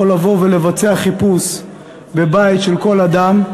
יכול לבוא ולבצע חיפוש בבית של כל אדם.